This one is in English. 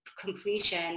completion